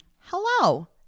hello